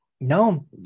no